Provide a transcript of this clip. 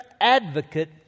advocate